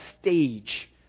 stage